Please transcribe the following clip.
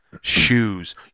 shoes